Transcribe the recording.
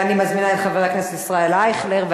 ואני מזמינה את חבר הכנסת ישראל אייכלר.